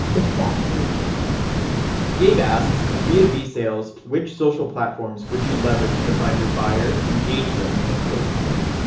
it's that energy gave asks and b two b sales. which social platforms would you leverage to find your buyer, engage them and close deals.